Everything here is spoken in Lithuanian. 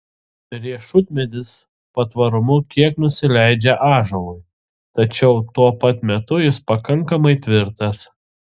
riešutmedis patvarumu kiek nusileidžia ąžuolui tačiau tuo pat metu jis pakankamai tvirtas